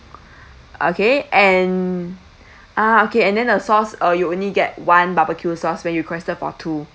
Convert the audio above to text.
okay and ah okay and then the sauce uh you only get one barbecue sauce when you requested for two